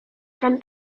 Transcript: from